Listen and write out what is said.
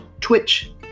Twitch